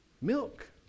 milk